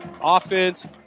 offense